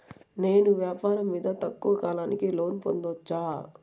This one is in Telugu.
నేను వ్యాపారం మీద తక్కువ కాలానికి లోను పొందొచ్చా?